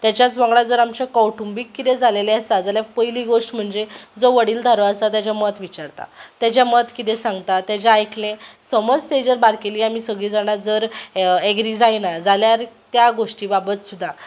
तेच्याच वांगडा जर आमच्या कौटुंबीक कितें जाल्लें आसा जाल्यार पयली गोश्ट म्हणजे जो वडीलधारो आसा तेजें मत विचारता तेजें मत कितें सांगता तेजें आयकल्लें समज तेजेर आमी बारकेली आमी सगलीं जाणां जर एग्री जायना जाल्यार त्या गोश्टी बाबत सुद्दां